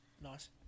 Nice